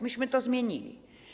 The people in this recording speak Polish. Myśmy to zmienili.